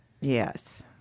Yes